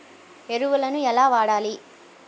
ఎరువులను ఎలా వాడాలి?